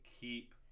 keep